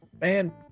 man